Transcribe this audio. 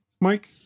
Mike